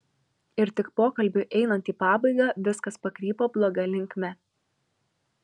ir tik pokalbiui einant į pabaigą viskas pakrypo bloga linkme